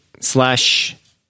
slash